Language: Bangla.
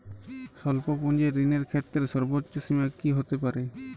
স্বল্প পুঁজির ঋণের ক্ষেত্রে সর্ব্বোচ্চ সীমা কী হতে পারে?